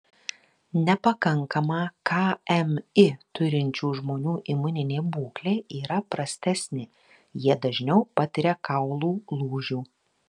nepakankamą kmi turinčių žmonių imuninė būklė yra prastesnė jie dažniau patiria kaulų lūžių